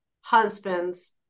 husband's